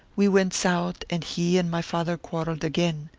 we went south and he and my father quarrelled again.